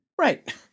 Right